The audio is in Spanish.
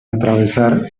atravesar